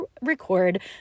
record